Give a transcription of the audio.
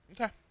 Okay